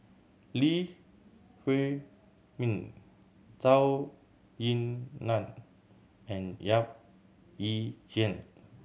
Lee Huei Min Zhou Ying Nan and Yap Ee Chian